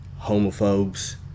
homophobes